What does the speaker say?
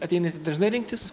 ateinate dažnai rinktis